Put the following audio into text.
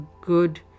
good